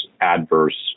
adverse